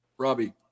Robbie